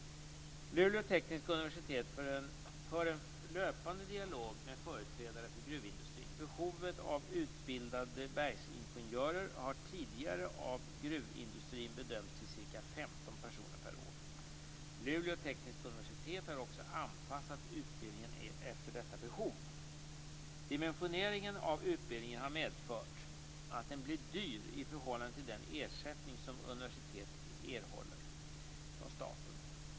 Luleå tekniska universitet för en löpande dialog med företrädare för gruvindustrin. Behovet av utbildade bergsingenjörer har tidigare av gruvindustrin bedömts till ca 15 personer per år. Luleå tekniska universitet har också anpassat utbildningen efter detta behov. Dimensioneringen av utbildningen har medfört att den blir dyr i förhållande till den ersättning som universitetet erhåller från staten.